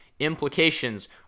implications